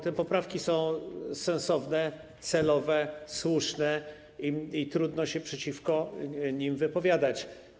Te poprawki są sensowne, celowe, słuszne i trudno się przeciwko nim wypowiadać.